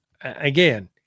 Again